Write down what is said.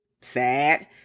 sad